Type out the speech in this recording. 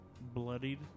Bloodied